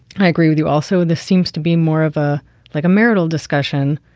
i agree with you. also, this seems to be more of a like a marital discussion.